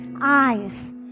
eyes